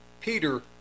Peter